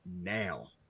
now